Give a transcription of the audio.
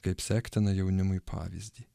kaip sektiną jaunimui pavyzdį